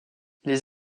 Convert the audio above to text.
les